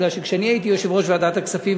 כי כשאני הייתי יושב-ראש ועדת הכספים,